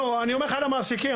אני היום אחד המעסיקים.